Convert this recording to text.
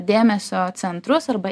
dėmesio centrus arba